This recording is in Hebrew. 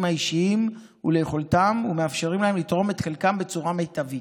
האישיים וליכולתם ומאפשר להם לתרום את חלקם בצורה מיטבית.